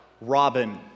Robin